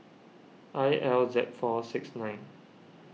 I L Z four six nine